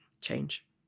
change